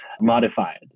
modified